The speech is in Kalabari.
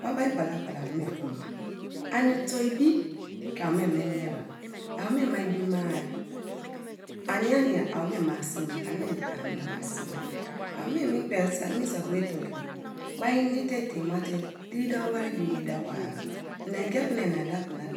Wa bari gbalagbala awome fom ma anito bim ke awo me mieba? Awome ibi maa ania nia awome ma sii ma ani an awoma siima. A wome memgba me saki be tomkri ba inete dein mate diri dawo wari bo ye dawo iningiapu ina dapuna